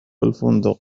الفندق